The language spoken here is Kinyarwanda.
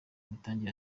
mitangire